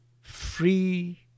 free